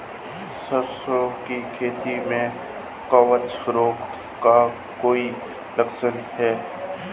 सरसों की खेती में कवक रोग का कोई लक्षण है?